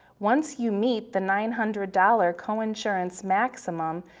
once you meet the nine hundred dollars coinsurance maximum,